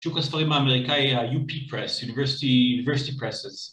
‫שוק הספרים האמריקאי U.P. Press: ‫אוניברסיטי פרסס.